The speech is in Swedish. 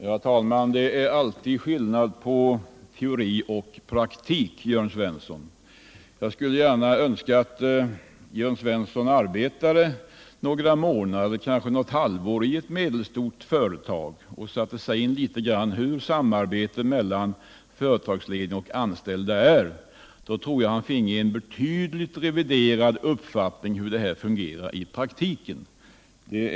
Herr talman! Det är alltid skillnad på teori och praktik, Jörn Svensson. Jag skulle gärna önska att Jörn Svensson arbetade kanske något halvår i ett medelstort företag och satte sig in i hur samarbetet mellan företagsledning och anställda fungerar. Då tror jug att han skulle få en betydligt reviderad uppfattning om hur det fungerar i praktiken.